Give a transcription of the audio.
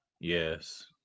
yes